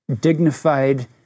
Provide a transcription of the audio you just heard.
dignified